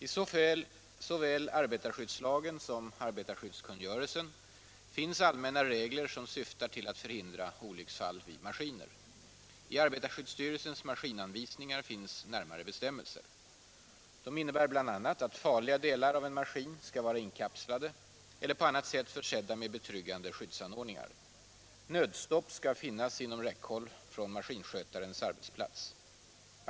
I såväl arbetarskyddslagen som arbetarskyddskungörelsen finns allmänna regler som syftar till att förhindra olycksfall vid maskiner. I arbetarskyddsstyrelsens maskinanvisningar finns närmare bestämmelser. Dessa innebär bl.a. att farliga delar av en maskin skall vara inkapslade eller på annat sätt försedda med betryggande skyddsanordningar. Nödstopp skall finnas inom räckhåll från maskinskötarens arbetsplats.